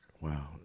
Wow